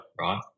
right